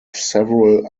several